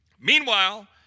Meanwhile